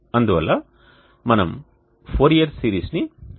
అందువల్ల మనము ఫోరియర్ సిరీస్ని ఉపయోగించవచ్చు